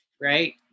right